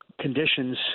Conditions